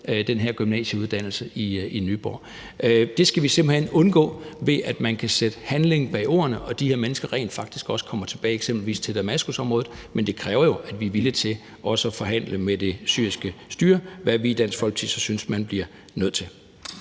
den her gymnasieuddannelse i Nyborg. Det skal vi simpelt hen undgå, ved at man kan sætte handling bag ordene og de her mennesker rent faktisk også kommer tilbage eksempelvis til Damaskusområdet. Men det kræver jo, at vi er villige til også at forhandle med det syriske styre, hvad vi i Dansk Folkeparti så synes man bliver nødt til.